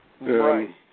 Right